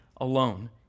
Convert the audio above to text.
alone